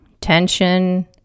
tension